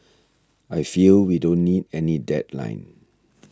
I feel we don't need any deadline